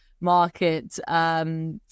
market